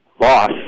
loss